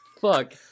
Fuck